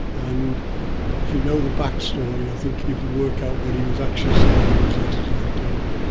and if you know the backstory i think you can work out what he was actually saying in his letter to the dean.